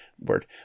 word